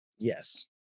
Yes